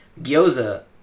Gyoza